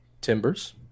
Timbers